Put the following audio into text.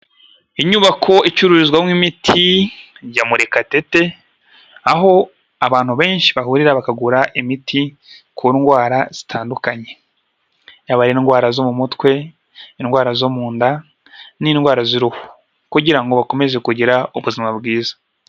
Inyubako icururizwamo imiti ya Murekatete, aho abantu benshi bahurira bakagura imiti ku ndwara zitandukanye, yaba indwara zo mu mutwe, indwara zo mu nda n'indwara z'uruhu kugira ngo bakomeze kugira ubuzima bwiza.